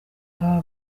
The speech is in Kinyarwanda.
aba